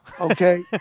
Okay